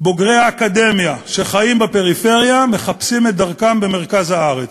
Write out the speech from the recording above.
בוגרי האקדמיה שחיים בפריפריה מחפשים את דרכם במרכז הארץ,